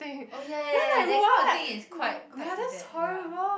oh ya ya ya ya that kind of thing is quite quite bad ya